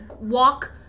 walk